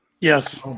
Yes